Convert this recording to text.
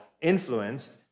influenced